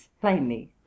plainly